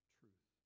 truth